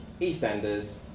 EastEnders